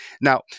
Now